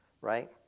right